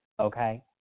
okay